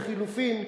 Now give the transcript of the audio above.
לחלופין,